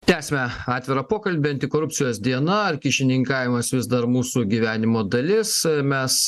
tęsiame atvirą pokalbį antikorupcijos diena ar kyšininkavimas vis dar mūsų gyvenimo dalis mes